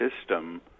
system